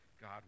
God